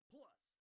Plus